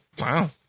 Wow